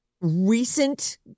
recent